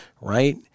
Right